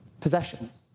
possessions